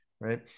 right